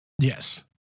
yes